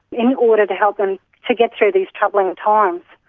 in order to help them to get through these troubling times.